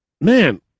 man